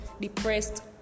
depressed